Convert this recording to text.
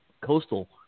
coastal